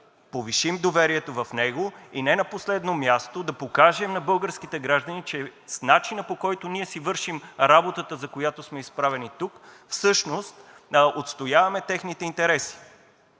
повишим доверието в него и не на последно място, да покажем на българските граждани, че с начина, по който ние си вършим работата, за която сме изправени тук, всъщност отстояваме техните интереси.